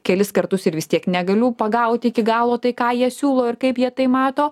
kelis kartus ir vis tiek negaliu pagauti iki galo tai ką jie siūlo ir kaip jie tai mato